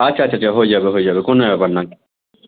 আচ্ছা আচ্ছা আচ্ছা হয়ে যাবে হয়ে যাবে কোনো ব্যাপার নয়